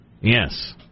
Yes